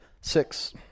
six